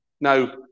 Now